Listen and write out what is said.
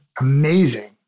Amazing